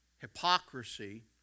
Hypocrisy